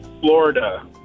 Florida